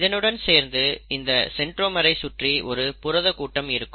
இதனுடன் சேர்ந்து இந்த சென்ட்ரோமரை சுற்றி ஒரு புரத கூட்டம் இருக்கும்